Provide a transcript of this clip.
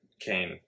Cain